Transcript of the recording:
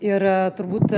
ir turbūt